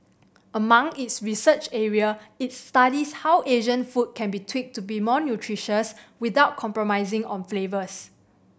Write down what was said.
among its research area it studies how Asian food can be tweaked to be more nutritious without compromising on flavour